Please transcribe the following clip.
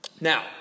Now